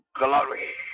glory